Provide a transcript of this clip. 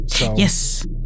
Yes